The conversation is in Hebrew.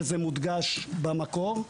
וזה מודגש במקור,